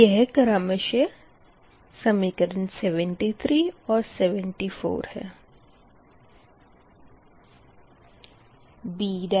यह क्रमशः समीकरण 73 और समीकरण 74 है